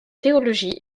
théologie